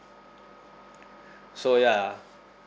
so ya